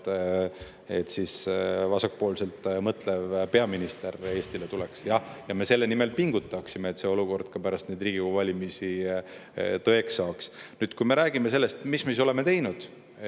et vasakpoolselt mõtlev peaminister Eestile tuleks. Jah, ja me selle nimel pingutame, et see olukord pärast Riigikogu valimisi tõeks saaks. Kui me räägime sellest, mis me oleme teinud,